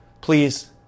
please